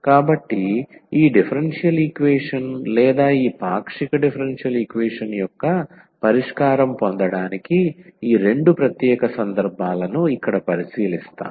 కాబట్టి ఈ differential equation లేదా ఈ పాక్షిక డిఫరెన్షియల్ ఈక్వేషన్ యొక్క పరిష్కారం పొందడానికి ఈ రెండు ప్రత్యేక సందర్భాలను ఇక్కడ పరిశీలిస్తాము